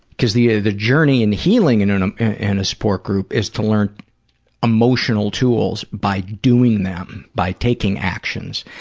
because the the journey in healing in and um and a support group is to learn emotional tools by doing them, by taking actions,